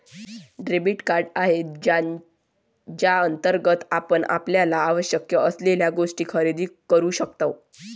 debit card आहे ज्याअंतर्गत आपण आपल्याला आवश्यक असलेल्या गोष्टी खरेदी करू शकतो